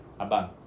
Abang